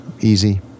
easy